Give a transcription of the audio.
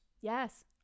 Yes